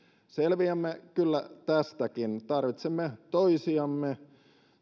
selviämme kyllä tästäkin tarvitsemme toisiamme